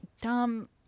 dumb